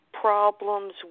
problems